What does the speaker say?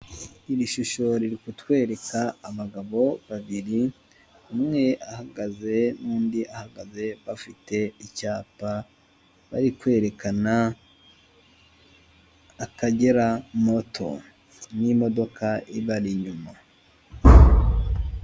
Iri shusho riri kutwereka abagabo babiri umwe ahagaze n'undi ahagaze bafite icyapa bari kwerekana Akagera moto n'imodoka ibari inyuma.